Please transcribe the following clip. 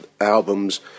albums